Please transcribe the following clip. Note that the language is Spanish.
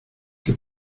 que